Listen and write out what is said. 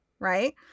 Right